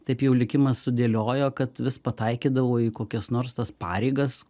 taip jau likimas sudėliojo kad vis pataikydavau į kokias nors tas pareigas